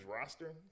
roster